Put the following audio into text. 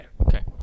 Okay